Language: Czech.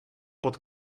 pod